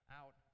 out